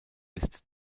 ist